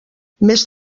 més